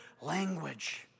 language